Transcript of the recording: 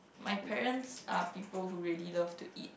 my parents are people who really love to eat